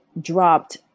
dropped